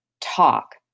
talk